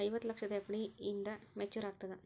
ಐವತ್ತು ಲಕ್ಷದ ಎಫ್.ಡಿ ಎಂದ ಮೇಚುರ್ ಆಗತದ?